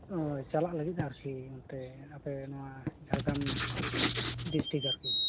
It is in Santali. ᱳᱭ ᱪᱟᱞᱟᱜ ᱞᱟᱹᱜᱤᱫ ᱟᱨᱠᱤ ᱚᱱᱛᱮ ᱟᱯᱮ ᱱᱚᱣᱟ ᱡᱷᱟᱲᱜᱨᱟᱢ ᱰᱤᱥᱴᱤᱠ ᱟᱨᱠᱤ